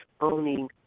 owning